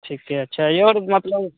ठीके छै आओर मतलब